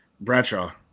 Bradshaw